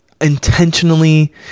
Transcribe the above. intentionally